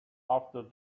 after